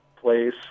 place